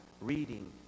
reading